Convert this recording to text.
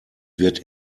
wird